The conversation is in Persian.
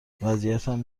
وضعیتم